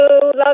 Love